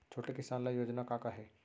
छोटे किसान ल योजना का का हे?